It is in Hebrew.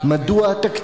64 והוראת